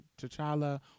T'Challa